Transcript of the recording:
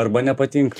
arba nepatinka